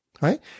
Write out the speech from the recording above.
right